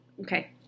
Okay